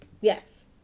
Yes